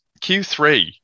Q3